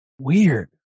Weird